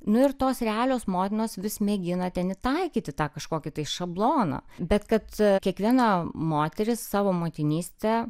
nu ir tos realios motinos vis mėgina ten įtaikyti tą kažkokį tai šabloną bet kad kiekviena moteris savo motinystę